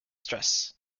stress